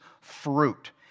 fruit